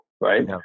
right